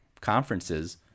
conferences